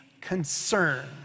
concern